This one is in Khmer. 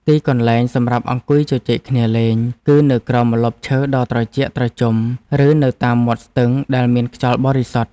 ទីកន្លែងសម្រាប់អង្គុយជជែកគ្នាលេង គឺនៅក្រោមម្លប់ឈើដ៏ត្រជាក់ត្រជុំ ឬនៅតាមមាត់ស្ទឹងដែលមានខ្យល់បរិសុទ្ធ។